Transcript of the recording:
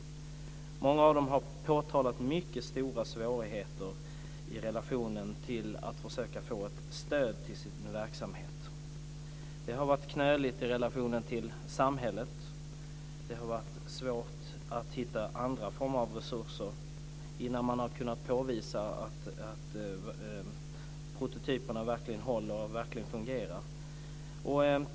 Många har påtalat mycket stora svårigheter med att få stöd till sin verksamhet. Relationen till samhället har varit knölig. Det har varit svårt att hitta andra sorters resurser innan man har kunnat påvisa att prototyperna verkligen håller och fungerar.